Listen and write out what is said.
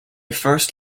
first